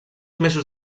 mesos